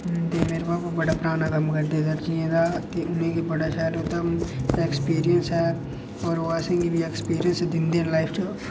ते मेरे भापा बड़ा पराना कम्म करदे दर्जियें दा ते मिगी बड़ा शैल ओह्दा ऐक्सपीरियंस ऐ ते ओह् असें गी बी ऐक्सपीरियंस दिंदे लाइफ दा